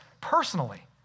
personally